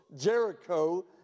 Jericho